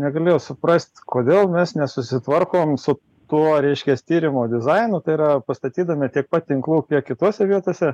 negalėjo suprast kodėl mes nesusitvarkom su tuo reiškias tyrimo dizainu tai yra pastatydami tiek pat tinklų kiek kitose vietose